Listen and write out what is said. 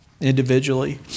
Individually